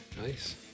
nice